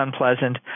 unpleasant